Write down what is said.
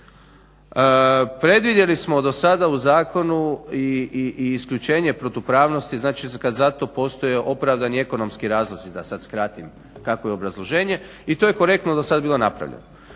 Predvidjeli smo dosada u zakonu i isključenje protupravnosti, znači kad za to postoje opravdani ekonomski razlozi da sad skratim kakvo je obrazloženje i to je korektno dosad bilo napravljeno.